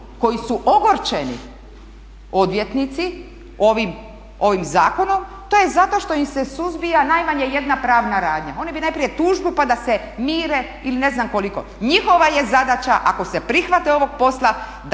koji su ogorčeni, odvjetnici, ovim zakonom to je zato što im se suzbija najmanje jedna pravna radnja. Oni bi najprije tužbu pa da se mire ili ne znam koliko. Njihova je zadaća ako se prihvate ovog posla